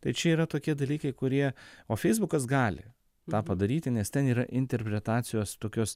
tai čia yra tokie dalykai kurie o feisbukas gali tą padaryti nes ten yra interpretacijos tokios